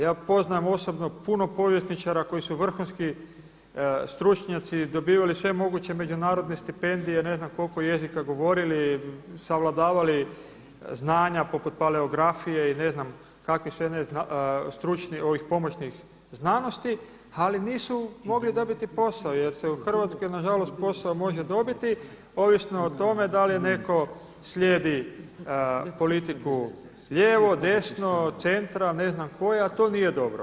Ja poznajem osobno puno povjesničara koji su vrhunski stručnjaci, dobivali sve moguće međunarodne stipendije, ne znam koliko jezika govorili, savladavali znanja poput paleografije i ne znam kakvih ne sve stručnih ovih pomoćnih znanosti, ali nisu mogli dobiti posao jer se u Hrvatskoj na žalost posao može dobiti ovisno o tome da li je netko slijedi politiku lijevo, desno, centra, ne znam koje a to nije dobro.